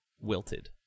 wilted